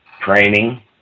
training